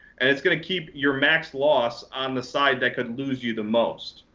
and it's going to keep your max loss on the side that could lose you the most.